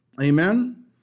Amen